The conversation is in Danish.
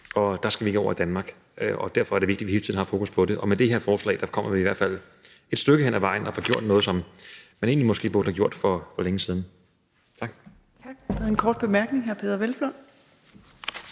Der skal vi ikke hen i Danmark, og derfor er det vigtigt, at vi hele tiden har fokus på det. Med det her forslag kommer vi i hvert fald et stykke ad vejen og får gjort noget, som man egentlig måske burde have gjort for længe siden. Tak. Kl. 16:14 Fjerde næstformand